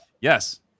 Yes